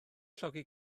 llogi